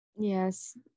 Yes